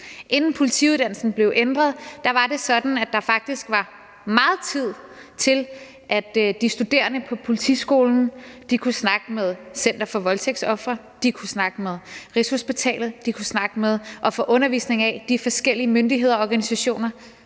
Inden politiuddannelsen blev ændret, var det sådan, at der faktisk var meget tid til, at de studerende på Politiskolen kunne snakke med Center for Voldtægtsofre; de kunne snakke med Rigshospitalet; de kunne snakke med og få undervisning af de forskellige myndigheder og organisationer,